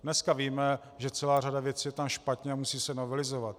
Dneska víme, že celá řada věcí je tam špatně a musí se novelizovat.